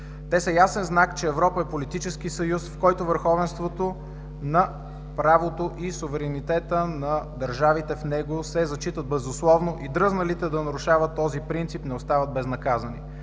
Те са ясен знак, че Европа е политически съюз, в който върховенството на правото и суверенитета на държавите в него, се зачитат безусловно и дръзналите да нарушават този принцип не остават безнаказани.